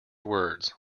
words